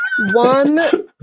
one